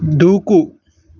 దూకు